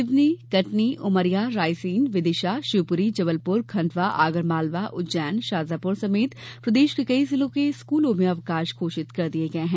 सिवनी कटनी उमरिया रायसेन विदिशा शिवपुरी जबलपुर खंडवा आगरमालवा उज्जैन शाजापुर समेत प्रदेश के कई जिलों के स्कूलों में अवकाश घोषित कर दिये गये हैं